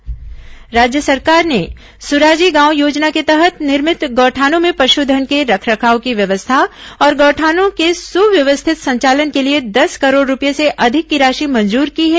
गौठान राशि मंजूर राज्य सरकार ने सुराजी गांव योजना के तहत निर्मित गौठानों में पशुधन के रखरखाव की व्यवस्था और गौठानों के सुव्यस्थित संचालन के लिए दस करोड़ रूपये से अधिक की राशि मंजूर की है